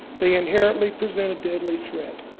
they inherently present a deadly threat.